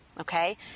okay